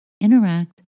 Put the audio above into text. interact